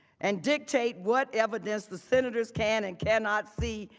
and dictate what evidence the sensors can and cannot see